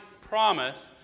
promise